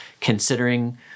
considering